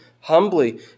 humbly